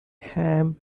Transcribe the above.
ham